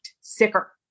sicker